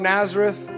Nazareth